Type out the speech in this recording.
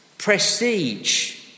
prestige